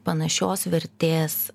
panašios vertės